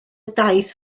daith